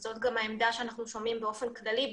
זאת גם העמדה שאנחנו שומעים באופן כללי,